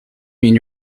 mean